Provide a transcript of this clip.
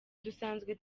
dusanzwe